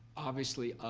obviously